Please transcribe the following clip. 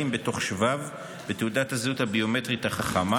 בתוך שבב בתעודת הזהות הביומטרית החכמה,